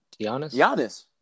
Giannis